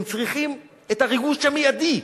הם צריכים את הריגוש המיידי.